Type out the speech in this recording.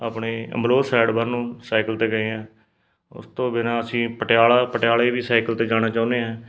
ਆਪਣੇ ਅਮਲੋਹ ਸਾਈਡ ਵੱਲ ਨੂੰ ਸਾਈਕਲ 'ਤੇ ਗਏ ਹਾਂ ਉਸ ਤੋਂ ਬਿਨਾਂ ਅਸੀਂ ਪਟਿਆਲਾ ਪਟਿਆਲੇ ਵੀ ਸਾਈਕਲ 'ਤੇ ਜਾਣਾ ਚਾਹੁੰਦੇ ਹਾਂ